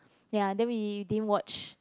ya then we didn't watch